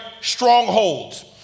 strongholds